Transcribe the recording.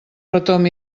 retomb